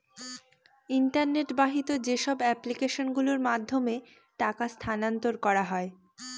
internet বাহিত যেসব application গুলোর মাধ্যমে টাকা স্থানান্তর করা হয়